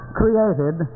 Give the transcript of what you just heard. created